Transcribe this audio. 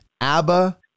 Abba